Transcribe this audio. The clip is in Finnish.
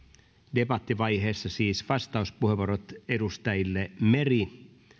debattivaiheessa vastauspuheenvuorot edustajille meri